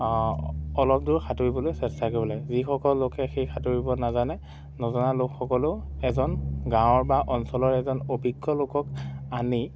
অলপ দূৰ সাঁতুৰিবলৈ চেষ্টা কৰিব লাগে যিসকল লোকে সেই সাঁতুৰিব নাজানে নজনা লোকসকলেও এজন গাঁৱৰ বা অঞ্চলৰ এজন অভিজ্ঞ লোকক আনি